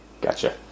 Gotcha